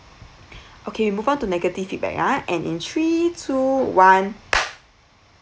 okay move on to negative feedback ah and in three two one